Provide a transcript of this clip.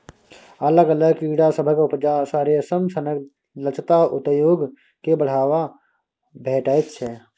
अलग अलग कीड़ा सभक उपजा सँ रेशम सनक लत्ता उद्योग केँ बढ़ाबा भेटैत छै